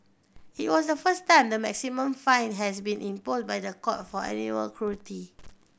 it was the first time the maximum fine has been by the court for animal cruelty